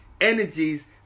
energies